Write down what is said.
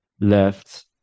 left